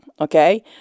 okay